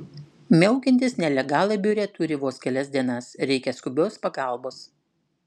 miaukiantys nelegalai biure turi vos kelias dienas reikia skubios pagalbos